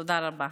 תודה רבה.